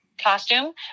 Costume